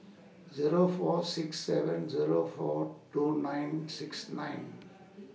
Zero four six seven Zero four two nine six nine